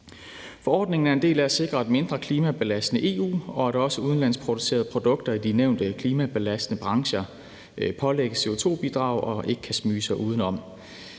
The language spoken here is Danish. Forordningen er en del af indsatsen for at sikre et mindre klimabelastende EU, og at også udenlandsk producerede produkter i de nævnte klimabelastende brancher pålægges CO2-bidrag og ikke kan smyge sig udenom.